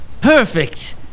Perfect